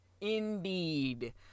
indeed